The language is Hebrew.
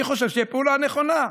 אני חושב שהיא הפעולה הנכונה,